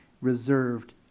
reserved